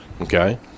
Okay